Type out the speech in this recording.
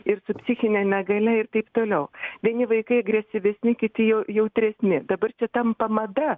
ir su psichine negalia ir taip toliau vieni vaikai agresyvesni kiti jau jautresni dabar čia tampa mada